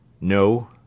No